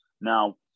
Now